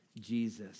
Jesus